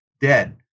dead